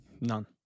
None